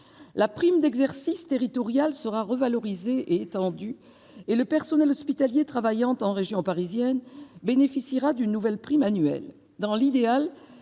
La prime d'exercice territorial sera augmentée et étendue, et le personnel hospitalier travaillant en région parisienne bénéficiera d'une nouvelle prime annuelle. Dans l'idéal,